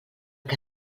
que